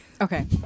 Okay